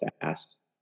fast